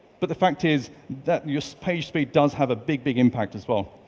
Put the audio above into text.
but the fact is that your page speed does have a big, big impact as well.